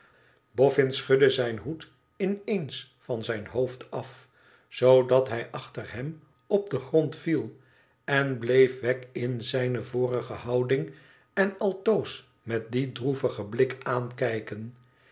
schudde zijn hoed in eens van zijn hpofd af zoodat hij achter hem op den grond viel en bleef wegg in zijne vorige houding en altoos met dien droevigen blik aankijken